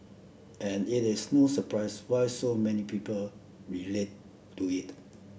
and it is no surprise why so many people relate to it